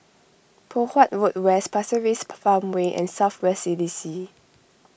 Poh Huat Road West Pasir Ris Farmway and South West C D C